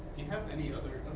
you have any other